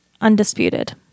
undisputed